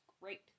great